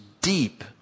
deep